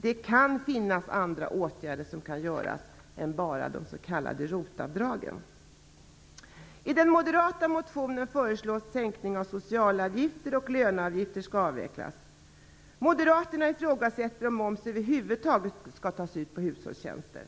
Det kan finnas andra åtgärder som kan göras än bara de s.k. ROT I den moderata motionen föreslås sänkning av socialavgifterna och att löneavgiften avvecklas. Moderaterna ifrågasätter om moms över huvud taget skall tas ut på hushållstjänster.